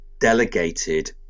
delegated